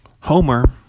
Homer